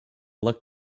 look